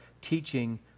teaching